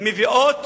מביאות